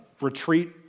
retreat